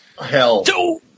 Hell